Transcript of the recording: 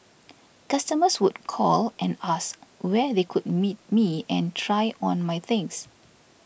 customers would call and ask where they could meet me and try on my things